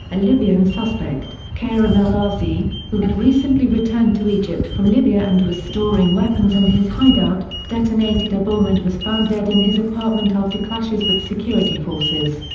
a libyan suspect, karim el-azizi, who had recently returned to egypt from libya and was storing weapons in his hideout, detonated a bomb and was found dead in his apartment after clashes with security forces.